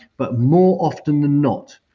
but more often than not,